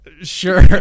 Sure